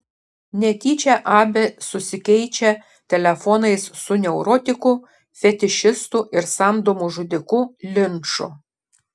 netyčia abė susikeičia telefonais su neurotiku fetišistu ir samdomu žudiku linču